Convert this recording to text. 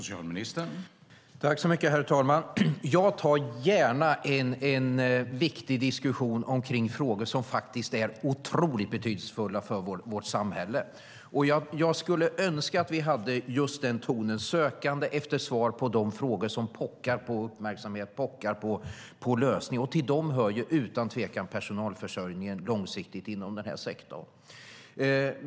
Herr talman! Jag tar gärna en viktig diskussion om frågor som är otroligt betydelsefulla för vårt samhälle. Jag skulle önska att vi hade en ton av sökande efter svar på de frågor som pockar på uppmärksamhet och lösning. Till dem hör utan tvekan den långsiktiga personalförsörjningen inom den här sektorn.